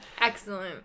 Excellent